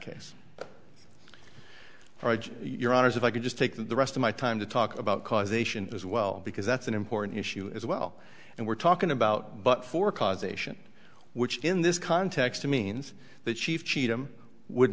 case your honour's if i could just take the rest of my time to talk about causation as well because that's an important issue as well and we're talking about but for causation which in this context means that chief cheatham would